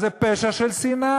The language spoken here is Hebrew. אז זה פשע של שנאה.